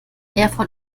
erfurt